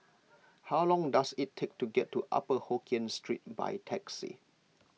how long does it take to get to Upper Hokkien Street by taxi